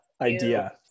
Idea